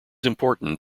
important